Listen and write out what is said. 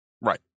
Right